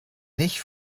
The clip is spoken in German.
nicht